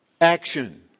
action